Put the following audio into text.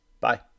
Bye